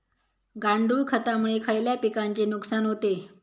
गांडूळ खतामुळे खयल्या पिकांचे नुकसान होते?